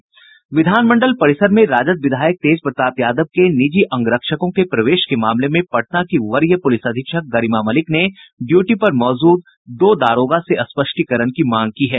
विधानमंडल परिसर में राजद विधायक तेज प्रताप यादव के निजी अंगरक्षकों के प्रवेश के मामले में पटना की वरीय पुलिस अधीक्षक गरिमा मलिक ने ड्यूटी पर मौजूद दो दारोगा से स्पष्टीकरण की मांग की है